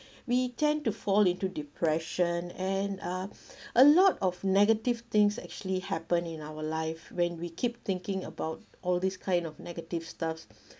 we tend to fall into depression and uh a lot of negative things actually happen in our life when we keep thinking about all these kind of negative stuff